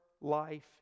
life